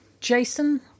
Jason